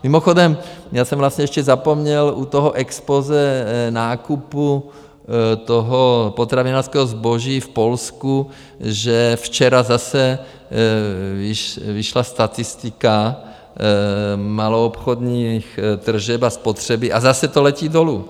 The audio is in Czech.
Mimochodem, já jsem vlastně ještě zapomněl u toho expozé nákupu potravinářského zboží v Polsku, že včera zase vyšla statistika maloobchodních tržeb a spotřeby a zase to letí dolů.